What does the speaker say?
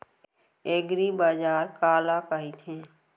एगरीबाजार काला कहिथे?